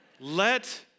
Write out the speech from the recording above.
Let